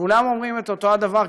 כולם אומרים את אותו הדבר,